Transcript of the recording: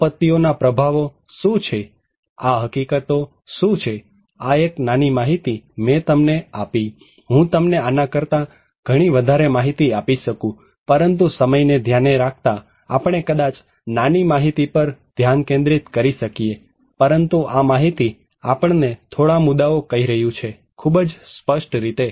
આપત્તિઓDisaterના પ્રભાવો શું છે આ હકીકતો શું છે આ એક નાની માહિતી મેં તમને આપી હું તમને આના કરતાં ઘણી વધારે માહિતી આપી શકુ પરંતુ સમય ને ધ્યાને રાખતા આપણે કદાચ નાની માહિતી પર ધ્યાન કેન્દ્રિત કરી શકીએ પરંતુ આ માહિતી આપણને થોડા મુદ્દાઓ કહી રહ્યું છે ખુબ જ સ્પષ્ટ રીતે